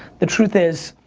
the truth is,